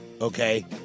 okay